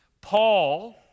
Paul